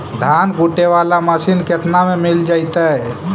धान कुटे बाला मशीन केतना में मिल जइतै?